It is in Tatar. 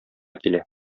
килә